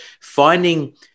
finding